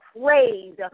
praise